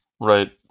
Right